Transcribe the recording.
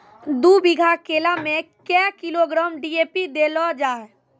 दू बीघा केला मैं क्या किलोग्राम डी.ए.पी देले जाय?